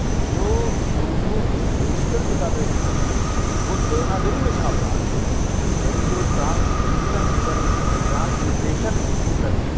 جو اردو کی بیشتر کتابیں جو ہے وہ دیوناگری میں چھاپ رہا ہے یعنی جو ٹرانسکرپشن سوری ٹرانسلٹریشن کر کے